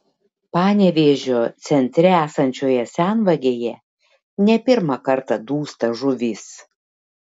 panevėžio centre esančioje senvagėje ne pirmą kartą dūsta žuvys